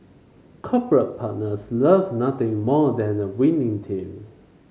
corporate partners love nothing more than a winning team